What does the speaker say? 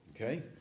Okay